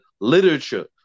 literature